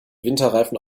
winterreifen